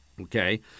Okay